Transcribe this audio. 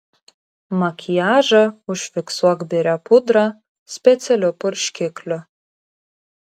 makiažą užfiksuok biria pudra specialiu purškikliu